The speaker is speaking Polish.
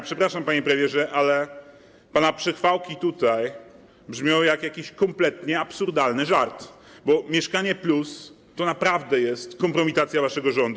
Przepraszam, panie premierze, ale pana przechwałki brzmią tutaj jak jakiś kompletnie absurdalny żart, bo „Mieszkanie +” to naprawdę jest kompromitacja waszego rządu.